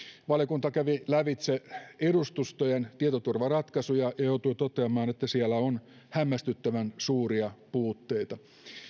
valiokunta kävi lävitse edustustojen tietoturvaratkaisuja ja joutui toteamaan että siellä on hämmästyttävän suuria puutteita